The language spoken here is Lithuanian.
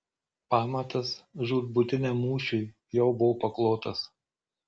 pamatas žūtbūtiniam mūšiui jau buvo paklotas